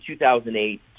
2008